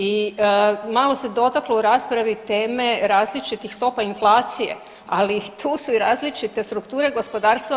I malo se dotaklo u raspravi teme različitih stopa inflacije, ali tu su i različite strukture gospodarstva.